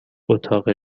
اتاق